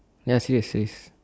ya serious serious